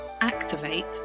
activate